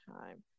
time